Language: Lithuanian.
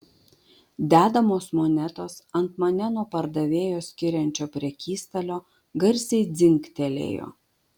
dedamos monetos ant mane nuo pardavėjo skiriančio prekystalio garsiai dzingtelėjo